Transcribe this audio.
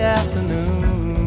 afternoon